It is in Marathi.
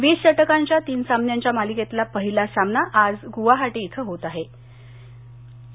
वीस षटकांच्या तीन सामन्यांच्या मालिकेतला पहिला सामना ाज गुवाहटी इथं होत ा हे